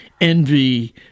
envy